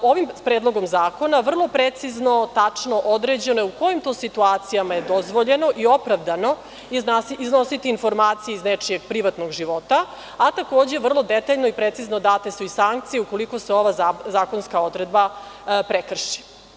Ovim predlogom zakona vrlo precizno, tačno je određeno u kojim to situacijama je dozvoljeno i opravdano iznositi informacije iz nečijeg privatnog života, a takođe vrlo detaljno i precizno date su i sankcije ukoliko se ova zakonska odredba prekrši.